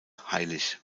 heilig